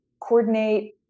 coordinate